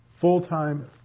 full-time